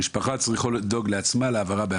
המשפחה צריכה לדאוג בעצמה להעברה.